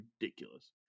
ridiculous